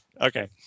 Okay